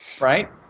Right